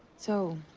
so.